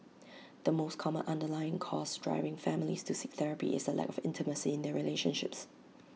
the most common underlying cause driving families to seek therapy is the lack of intimacy in their relationships